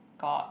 god